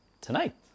tonight